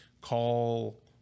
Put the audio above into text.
call